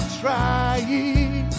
trying